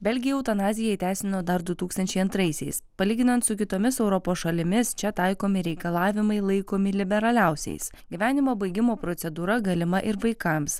belgija eutanaziją įteisino dar du tūkstančiai antraisiais palyginant su kitomis europos šalimis čia taikomi reikalavimai laikomi liberaliausiais gyvenimo baigimo procedūra galima ir vaikams